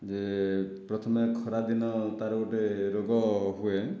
ଯେ ପ୍ରଥମେ ଖରାଦିନ ତା ର ଗୋଟିଏ ରୋଗ ହୁଏ